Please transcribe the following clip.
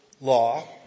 Law